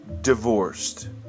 divorced